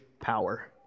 power